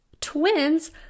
Twins